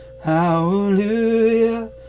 hallelujah